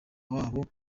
wabo